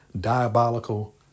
diabolical